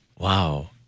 Wow